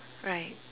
right